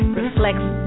reflects